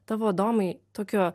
tavo adomai tokio